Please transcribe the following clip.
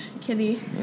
Kitty